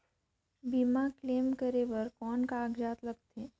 बीमा क्लेम करे बर कौन कागजात लगथे?